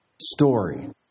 story